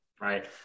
Right